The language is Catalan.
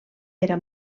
era